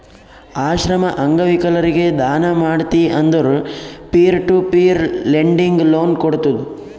ಆಶ್ರಮ, ಅಂಗವಿಕಲರಿಗ ದಾನ ಮಾಡ್ತಿ ಅಂದುರ್ peer to peer lending loan ಕೋಡ್ತುದ್